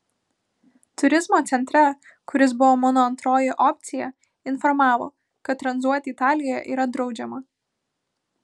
turizmo centre kuris buvo mano antroji opcija informavo kad tranzuoti italijoje yra draudžiama